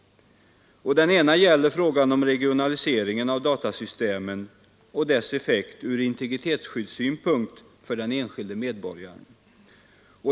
Den ena gäller frågan om regionaliseringen av datasystemen och dess effekt från integritetsskyddssynpunkt för den enskilda medborgaren.